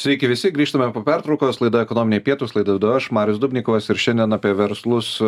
sveiki visi grįžtame po pertraukos laida ekonominiai pietūs laidą vedu aš marius dubnikovas ir šiandien apie verslus